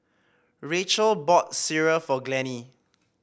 Racheal bought sireh for Glennie